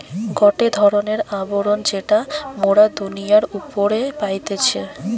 গটে ধরণের আবরণ যেটা মোরা দুনিয়ার উপরে পাইতেছি